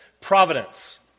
providence